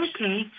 okay